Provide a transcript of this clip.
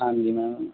ਹਾਂਜੀ ਮੈਮ